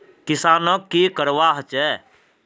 किसानोक की करवा होचे?